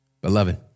beloved